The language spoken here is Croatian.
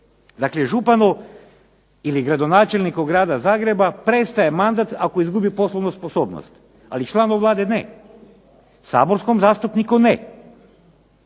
Dakle županu ili gradonačelniku grada Zagreba prestaje mandat ako izgubi poslovnu sposobnost, ali članu Vlade ne, saborskom zastupniku ne.